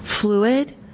fluid